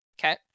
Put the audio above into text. Okay